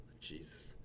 Jesus